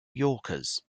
yorkers